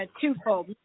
twofold